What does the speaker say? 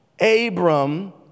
Abram